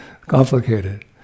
Complicated